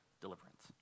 deliverance